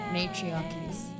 Matriarchies